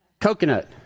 coconut